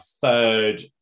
third